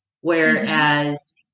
whereas